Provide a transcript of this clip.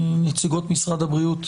נציגות משרד הבריאות,